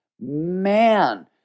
man